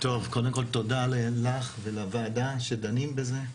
קודם כל תודה לך ולוועדה שדנים בזה.